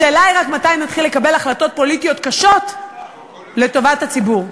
השאלה היא רק מתי נתחיל לקבל החלטות פוליטיות קשות לטובת הציבור.